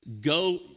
go